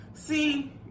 See